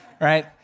right